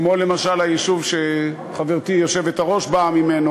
כמו למשל היישוב שחברתי היושבת-ראש באה ממנו,